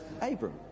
Abram